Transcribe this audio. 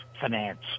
finance